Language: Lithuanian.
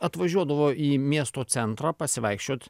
atvažiuodavo į miesto centrą pasivaikščiot